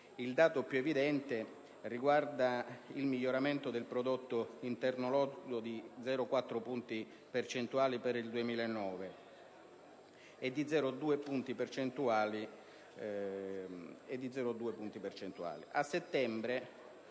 il dato più evidente riguarda il miglioramento del prodotto interno lordo di 0,4 punti percentuali per il 2009 e di 0,2 punti percentuali